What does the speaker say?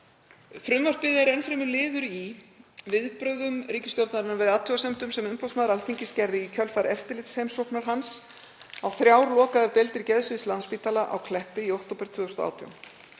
Frumvarpið er liður í viðbrögðum ríkisstjórnarinnar við athugasemdum sem umboðsmaður Alþingis gerði í kjölfar eftirlitsheimsóknar á þrjár lokaðar deildir geðsviðs Landspítala á Kleppi í október 2018.